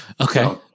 Okay